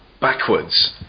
backwards